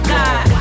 God